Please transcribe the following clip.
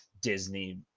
Disney